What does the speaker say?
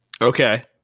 Okay